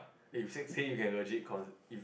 if if let say you get logic on